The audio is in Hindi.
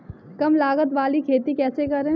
कम लागत वाली खेती कैसे करें?